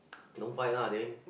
don't fight lah then